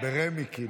ברמ"י?